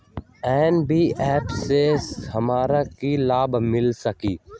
NBFC से हमार की की लाभ मिल सक?